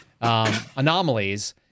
anomalies